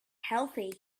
healthy